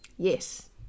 yes